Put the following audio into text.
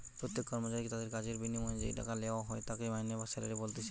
প্রত্যেক কর্মচারীকে তাদির কাজের বিনিময়ে যেই টাকা লেওয়া হয় তাকে মাইনে বা স্যালারি বলতিছে